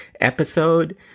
episode